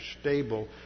stable